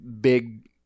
big